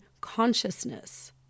consciousness